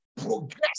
progress